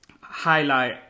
highlight